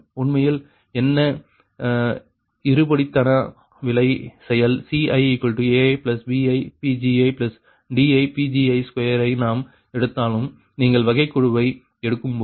உண்மையில் என்ன இருபடித்தான விலை செயல் CiaibiPgidiPgi2 ஐ நாம் எடுத்தாலும் நீங்கள் வகைக்கெழுவை எடுக்கும் போது